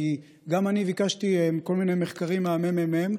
כי גם אני ביקשתי כל מיני מחקרים מהממ"מ,